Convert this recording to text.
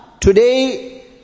Today